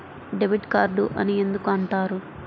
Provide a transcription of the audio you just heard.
Debit card అని ఎందుకు అంటారు?